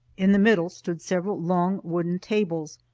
in the middle stood several long wooden tables,